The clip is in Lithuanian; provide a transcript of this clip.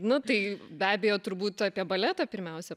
nu tai be abejo turbūt apie baletą pirmiausia